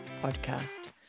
podcast